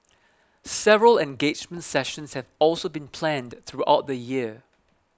several engagement sessions have also been planned throughout the year